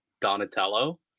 Donatello